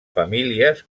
famílies